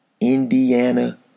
Indiana